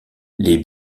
les